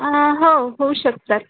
आं हो होऊ शकतात